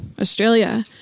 Australia